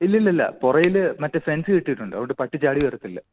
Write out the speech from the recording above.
ഇല്ലില്ലില്ല പുറകിൽ മറ്റെ സെൻസി കെട്ടിയിട്ടുണ്ട് അതുകൊണ്ട് പട്ടി ചാടി വരത്തില്ല